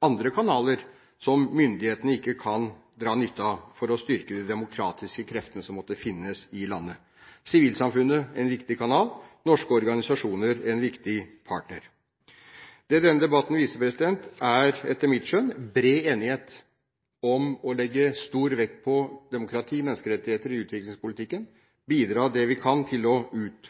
andre kanaler som myndighetene ikke kan dra nytte av, for å styrke de demokratiske kreftene som måtte finnes i landet. Sivilsamfunnet er en viktig kanal, norske organisasjoner er en viktig partner. Det denne debatten viser, er etter mitt skjønn bred enighet om å legge stor vekt på demokrati og menneskerettigheter i utviklingspolitikken, bidra det vi kan til å